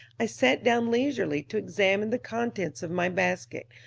i sat down leisurely to examine the contents of my basket,